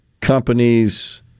companies